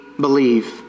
believe